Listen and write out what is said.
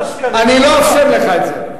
כמה שקרים, אני לא אאפשר לך את זה.